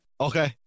Okay